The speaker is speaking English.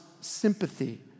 sympathy